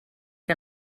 que